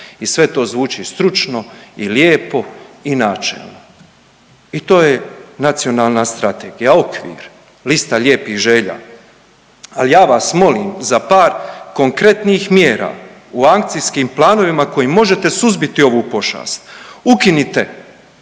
I sve to zvuči stručno i lijepo i načelno. I to je nacionalna strategija, okvir, lista lijepih želja. Ali ja vas molim za par konkretnih mjera u akcijskih planovima kojim možete suzbiti ovu pošast. Ukinite